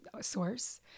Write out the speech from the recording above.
source